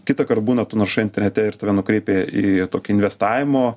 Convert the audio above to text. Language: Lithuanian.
kitąkart būna tu naršai internete ir tave nukreipia į tokį investavimo